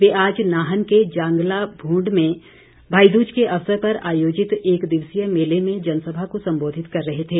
वे आज नाहन के जांगला भूड में भाईदूज के अवसर आयोजित एक दिवसीय मेले में जनसभा को सम्बोधित कर रहे थे